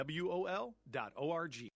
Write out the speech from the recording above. wol.org